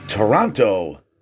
Toronto